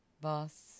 Boss